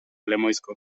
lemoizko